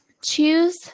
Choose